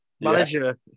manager